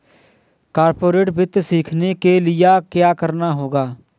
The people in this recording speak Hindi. कॉर्पोरेट वित्त सीखने के लिया क्या करना होगा